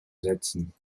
setzen